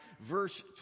verse